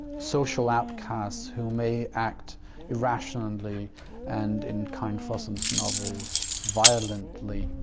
social outcasts who may act irrationally and in karin fossum's novels violently.